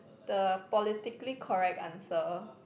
the politically correct answer